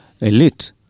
elite